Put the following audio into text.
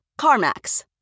CarMax